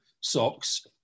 socks